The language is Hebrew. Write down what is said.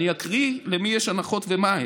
אני אקריא למי יש הנחות ומה הן,